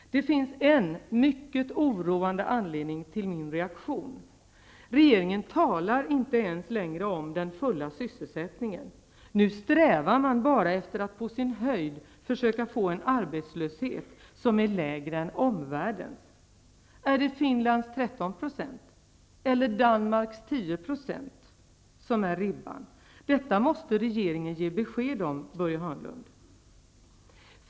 Det finns en mycket oroande anledning till min reaktion. Regeringen talar inte ens längre om den fulla sysselsättningen. Nu strävar man på sin höjd efter att få en arbetslöshet som är lägre än omvärldens. Är det Finlands 13 % eller Danmarks 10 % som är ribban? Detta måste regeringen ge besked om, Börje Hörnlund!